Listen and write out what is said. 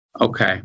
Okay